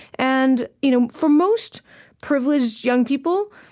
and you know for most privileged young people,